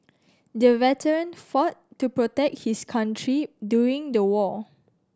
the veteran fought to protect his country during the war